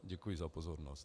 Děkuji za pozornost.